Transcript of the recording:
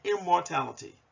immortality